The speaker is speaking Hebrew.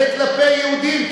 זה כלפי יהודים.